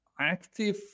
active